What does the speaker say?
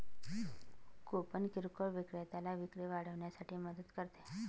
coupon किरकोळ विक्रेत्याला विक्री वाढवण्यासाठी मदत करते